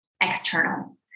external